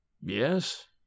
Yes